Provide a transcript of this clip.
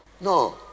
no